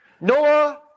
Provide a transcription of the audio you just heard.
Noah